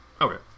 Okay